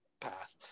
path